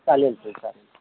चालेल सर चालेल